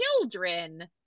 children